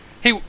hey